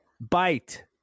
bite